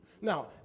Now